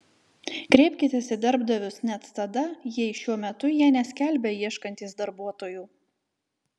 kreipkitės į darbdavius net tada jei šiuo metu jie neskelbia ieškantys darbuotojų